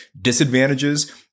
disadvantages